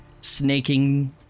snaking